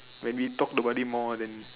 when we talked about it more then